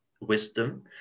wisdom